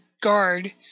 guard